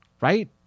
right